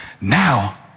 Now